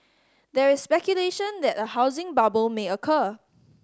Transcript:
there is speculation that a housing bubble may occur